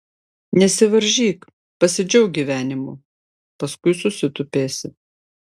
nesivaržyk pasidžiauk gyvenimu paskui susitupėsi